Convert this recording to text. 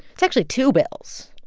it's actually two bills.